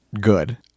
good